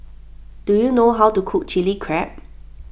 do you know how to cook Chili Crab